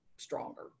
stronger